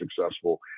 successful